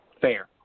fair